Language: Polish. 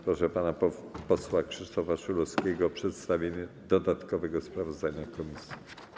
Proszę pana posła Krzysztofa Szulowskiego o przedstawienie dodatkowego sprawozdania komisji.